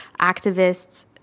activists